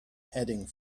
heading